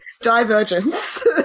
Divergence